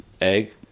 egg